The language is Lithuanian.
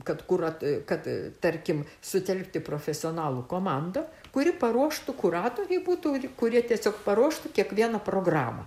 kad kurat kad tarkim sutelkti profesionalų komandą kuri paruoštų kuratoriai būtų kurie tiesiog paruoštų kiekvieną programą